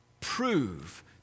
Prove